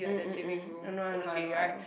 mm mmm mm I know I know I know I know